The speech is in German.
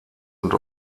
und